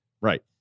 right